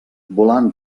volant